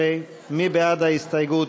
16. מי בעד ההסתייגות?